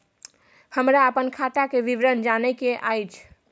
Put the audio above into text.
हमरा अपन खाता के विवरण जानय के अएछ?